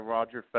Roger